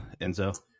Enzo